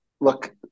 Look